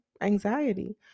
anxiety